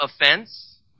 offense